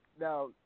now